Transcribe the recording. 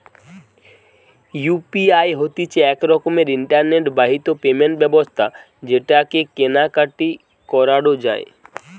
UPI হতিছে এক রকমের ইন্টারনেট বাহিত পেমেন্ট ব্যবস্থা যেটাকে কেনা কাটি করাঢু যায়